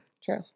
True